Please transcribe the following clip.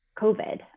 COVID